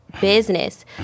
business